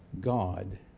God